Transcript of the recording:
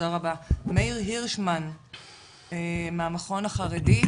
מאיר הירשמן מהמכון לחרדים.